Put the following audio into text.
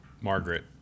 Margaret